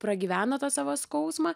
pragyveno tą savo skausmą